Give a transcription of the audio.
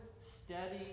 steady